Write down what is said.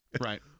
Right